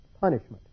punishment